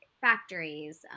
factories